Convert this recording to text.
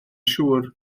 siŵr